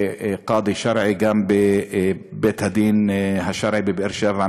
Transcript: קאדי שרעי גם בבית-הדין השרעי בבאר-שבע,